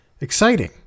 Exciting